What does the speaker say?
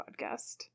podcast